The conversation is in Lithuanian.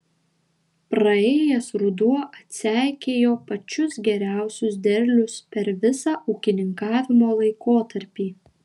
praėjęs ruduo atseikėjo pačius geriausius derlius per visą ūkininkavimo laikotarpį